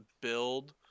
build